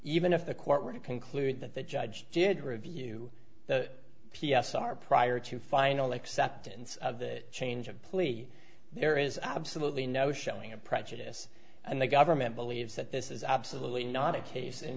even if the court were to conclude that the judge did review the p s r prior to final acceptance of the change of plea there is absolutely no showing of prejudice and the government believes that this is absolutely not a case in